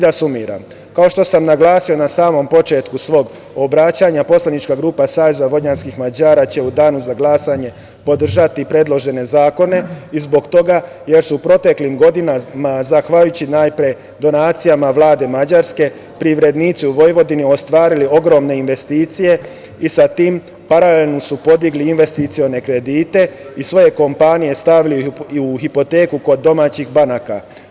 Da sumiram, kao što sam naglasio na samom početku svog obraćanja, poslanička grupa SVM će u danu za glasanje podržati predložene zakone zbog toga što su u proteklim godinama, zahvaljujući najpre donacijama Vlade Mađarske, privrednici u Vojvodini ostvarili ogromne investicije i sa tim paralelno su podigli investicione kredite i svoje kompanije stavili pod hipoteku kod domaćih banaka.